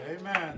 Amen